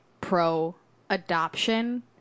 pro-adoption